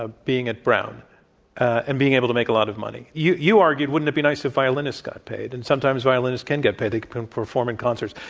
ah being at brown and being able to make a lot of money. they you argued wouldn't it be nice if violinists got paid and sometimes violinists can get paid. they can perform in concerts.